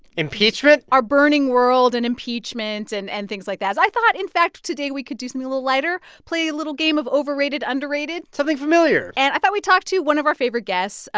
impeachment. our burning world and impeachment and and things like that. i thought, in fact, today we could do something a little lighter play a little game of overrated underrated something familiar and i thought we'd talk to one of our favorite guests,